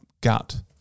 gut